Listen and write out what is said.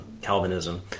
Calvinism